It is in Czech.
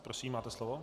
Prosím, máte slovo.